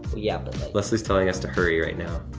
well, yeah, but like leslie's telling us to hurry right now.